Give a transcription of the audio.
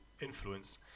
influence